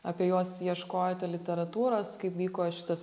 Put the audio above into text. apie juos ieškojote literatūros kaip vyko šitas